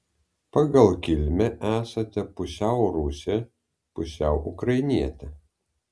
pagal kilmę esate pusiau rusė pusiau ukrainietė